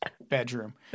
bedroom